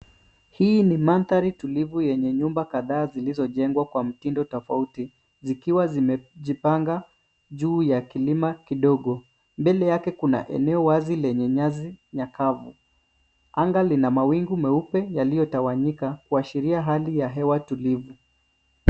Hii ni mandhari tulivu yenye nyumba kadhaa zilizojengwa kwa mtindo tofauti zikiwa zimejipanga juu ya kilima kidogo. Mbele yake kuna eneo wazi lenye nyasi kavu. Anga lina mawingu meupe yaliyotawanyika kuashiria hali ya hewa tulivu.